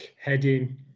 heading